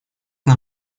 нам